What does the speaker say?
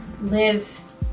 live